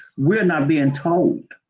we're not being told.